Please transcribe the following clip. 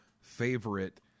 favorite